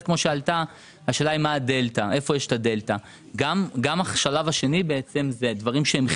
גם הדבר השני שאתה נדרש לשלם הם דברים חיוניים,